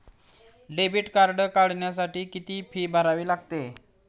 Debit card काढण्यासाठी किती fee भरावी लागते?